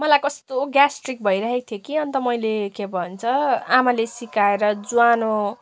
मलाई कस्तो ग्यास्ट्रिक भइराखेको थियो कि अन्त मैले के भन्छ आमाले सिकाएर ज्वानो